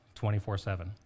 24-7